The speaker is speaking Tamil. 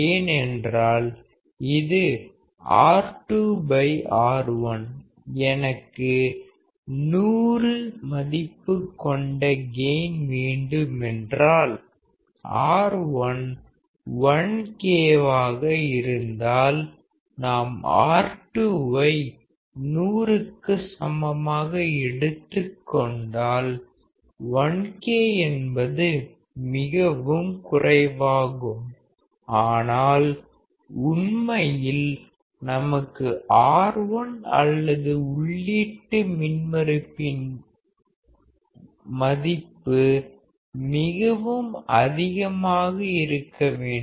ஏனென்றால் இது R2R1 எனக்கு 100 மதிப்பு கொண்ட கெயின் வேண்டுமென்றால் R1 1K வாக இருந்தால் நாம் R2 வை 100 க்கு சமமாக எடுத்துக் கொண்டால் 1K என்பது மிகவும் குறைவாகும் ஆனால் உண்மையில் நமக்கு R1 அல்லது உள்ளீட்டு மின்மறுப்பின் மதிப்பு மிகவும் அதிகமாக இருக்க வேண்டும்